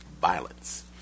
violence